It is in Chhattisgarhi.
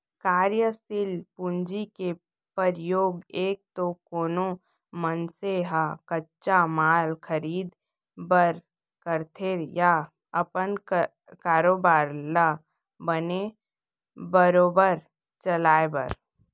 कारयसील पूंजी के परयोग एक तो कोनो मनसे ह कच्चा माल खरीदें बर करथे या अपन कारोबार ल बने बरोबर चलाय बर